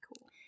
Cool